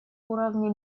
уровне